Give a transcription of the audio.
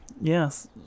yes